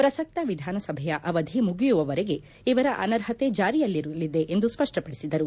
ಶ್ರಸಕ್ತ ವಿಧಾನಸಭೆಯ ಅವಧಿ ಮುಗಿಯುವವರೆಗೆ ಇವರ ಅನರ್ಹತೆ ಜಾರಿಯಲ್ಲಿರಲಿದೆ ಎಂದು ಸ್ಪಷ್ಟಪಡಿಬದರು